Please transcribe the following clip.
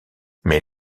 mais